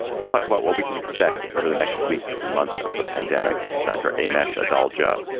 we'll talk about what we can expect over the next weeks and months of the pandemic with dr. amesh adalja,